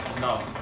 No